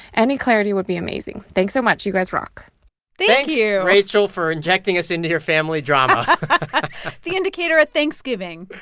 any clarity would be amazing. thanks so much. you guys rock thank you thanks, rachel, for injecting us into your family drama the indicator at thanksgiving.